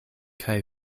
kaj